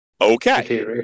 Okay